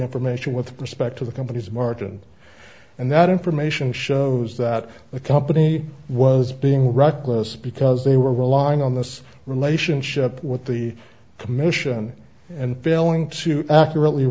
information with respect to the company's martin and that information shows that the company was being reckless because they were relying on this relationship with the commission and failing to accurately